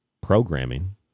programming